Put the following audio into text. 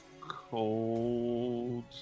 cold